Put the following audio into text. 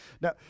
Now